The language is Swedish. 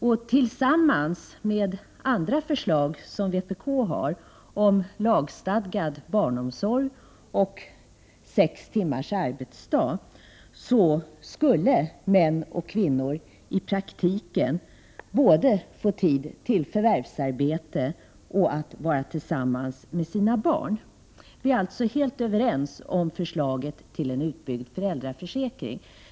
Detta och andra förslag som vpk har lagt fram om lagstadgad barnomsorg och sex timmars arbetsdag skulle medverka till att män och kvinnor i praktiken får tid både för förvärvsarbete och för att vara tillsammans med sina barn. Vi är alltså helt överens när det gäller förslaget till en utbyggd föräldraförsäkring.